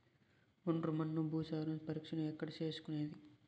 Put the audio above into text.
ఒండ్రు మన్ను భూసారం పరీక్షను ఎక్కడ చేసుకునేది?